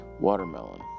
Watermelon